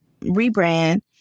rebrand